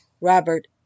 Robert